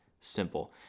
simple